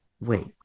wait